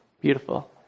beautiful